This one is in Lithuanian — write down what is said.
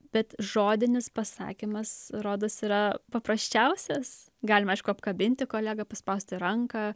bet žodinis pasakymas rodos yra paprasčiausias galima aišku apkabinti kolegą paspausti ranką